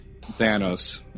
Thanos